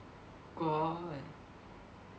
got